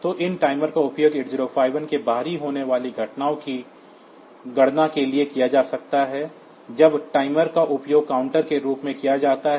तो इन टाइमर का उपयोग 8051 के बाहर होने वाली घटनाओं की गणना के लिए किया जा सकता है जब टाइमर का उपयोग काउंटर के रूप में किया जाता है